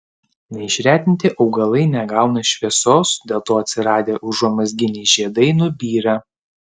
neišretinti augalai negauna šviesos dėl to atsiradę užuomazginiai žiedai nubyra